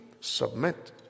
Submit